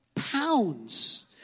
Pounds